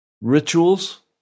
rituals